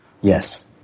Yes